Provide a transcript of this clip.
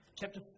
Chapter